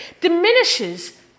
diminishes